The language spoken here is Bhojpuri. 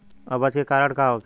अपच के कारण का होखे?